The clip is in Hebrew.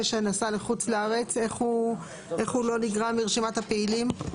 איך הם לא נגרעים מרשימת הפעילים?